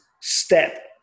step